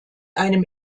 einem